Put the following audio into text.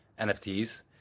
NFTs